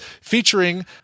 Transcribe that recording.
featuring